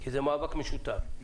כי זה מאבק משותף,